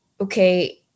Okay